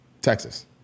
texas